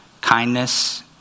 kindness